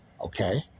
Okay